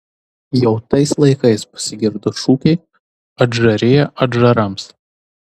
jau tais laikais pasigirdo šūkiai adžarija adžarams